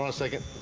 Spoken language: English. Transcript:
um second